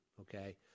okay